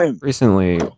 recently